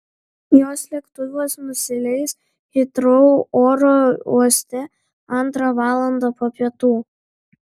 jos lėktuvas nusileis hitrou oro uoste antrą valandą po pietų